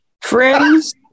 Friends